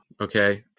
okay